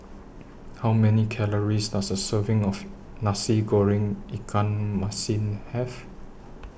How Many Calories Does A Serving of Nasi Goreng Ikan Masin Have